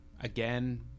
again